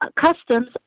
customs